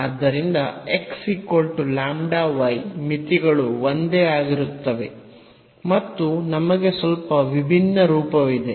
ಆದ್ದರಿಂದ x λy ಮಿತಿಗಳು ಒಂದೇ ಆಗಿರುತ್ತವೆ ಮತ್ತು ನಮಗೆ ಸ್ವಲ್ಪ ವಿಭಿನ್ನ ರೂಪವಿದೆ